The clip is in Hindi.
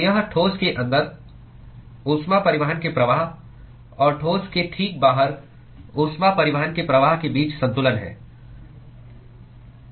तो यह ठोस के अंदर ऊष्मा परिवहन के प्रवाह और ठोस के ठीक बाहर ऊष्मा परिवहन के प्रवाह के बीच संतुलन है